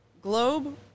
globe